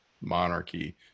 monarchy